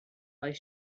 five